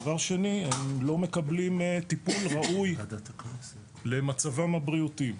דבר שני הם לא מקבלים טיפול ראוי למצבם הבריאותי.